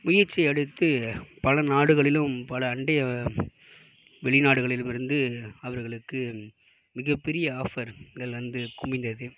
முயற்சி எடுத்து பல நாடுகளிலும் பல அண்டை வெளி நாடுகளிலும் இருந்து அவர்களுக்கு மிக பெரிய ஆஃபர்கள் வந்து குவிந்தது